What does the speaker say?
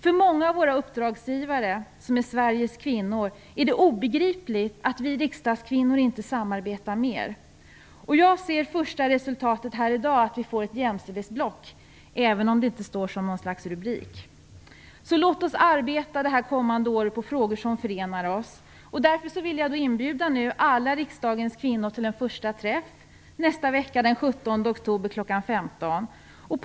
För många av våra uppdragsgivare, Sveriges kvinnor, är det obegripligt att vi riksdagskvinnor inte samarbetar mera. Jag ser det första resultatet här i dag, att vi har fått ett jämställdhetsblock, även om det inte utgör någon rubrik. Låt oss arbeta under det här året med frågor som förenar oss, Jag inbjuder därför alla riksdagens kvinnor till en första träff nästa vecka den 17 oktober kl. 15.00.